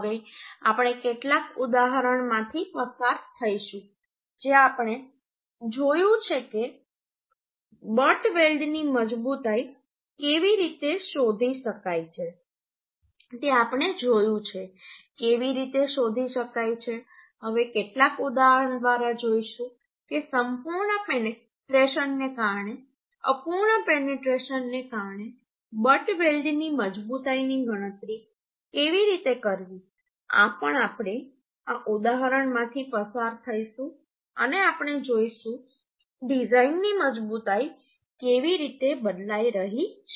હવે આપણે કેટલાક ઉદાહરણોમાંથી પસાર થઈશું જે આપણે જોયું છે કે બટ વેલ્ડની મજબૂતાઈ કેવી રીતે શોધી શકાય છે તે આપણે જોયું છે કેવી રીતે શોધી શકાય છે હવે કેટલાક ઉદાહરણ દ્વારા જોઈશું કે સંપૂર્ણ પેનેટ્રેશનને કારણે અપૂર્ણ પેનેટ્રેશનને કારણે બટ વેલ્ડની મજબૂતાઈની ગણતરી કેવી રીતે કરવી આ પણ આપણે આ ઉદાહરણમાંથી પસાર થઈશું અને આપણે જોઈશું કે ડિઝાઇનની મજબૂતાઈ કેવી રીતે બદલાઈ રહી છે